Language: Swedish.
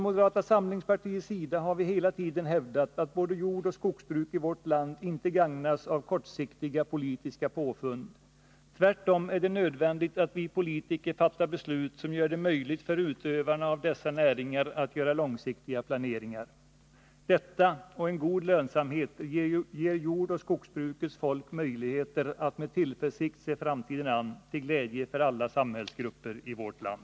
Moderata samlingspartiet har hela tiden hävdat att både jordoch skogsbruk i vårt land inte gagnas av kortsiktiga politiska påfund. Tvärtom är det nödvändigt att vi politiker fattar beslut, som gör det möjligt för utövarna av dessa näringar att göra långsiktiga planeringar. Detta och en god lönsamhet ger jordoch skogsbrukets folk möjligheter att med tillförsikt se framtiden an, till glädje för alla samhällsgrupper i vårt land.